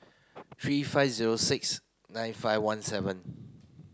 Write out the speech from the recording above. three five zero six nine five one seven